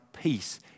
peace